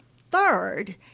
third